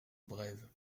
brève